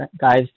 guys